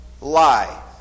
lie